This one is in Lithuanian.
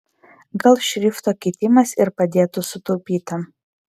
gal šrifto keitimas ir padėtų sutaupyti